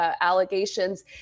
allegations